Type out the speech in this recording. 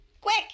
Quick